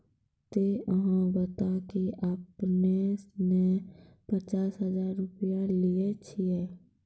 ते अहाँ बता की आपने ने पचास हजार रु लिए छिए?